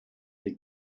die